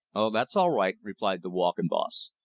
oh, that's all right, replied the walking-boss.